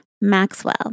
Maxwell